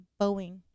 Boeing